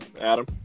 Adam